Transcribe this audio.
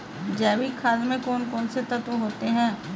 जैविक खाद में कौन कौन से तत्व होते हैं?